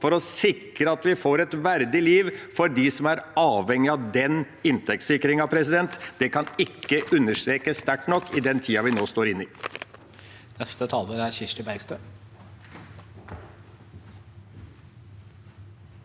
for å sikre at vi får et verdig liv for dem som er avhengig av den inntektssikringen. Det kan ikke understrekes sterkt nok i den tida vi nå er i.